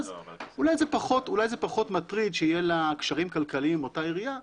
אז אולי זה פחות מטריד שיהיו לה קשרים כלכליים באותה עירייה.